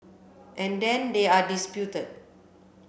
and then they are disputed